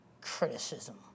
criticism